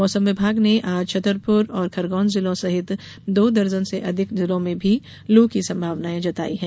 मौसम विभाग ने आज छतरपुर और खरगोन जिलों सहित दो दर्जन से अधिक जिलों में भी लू की संभावना जताई है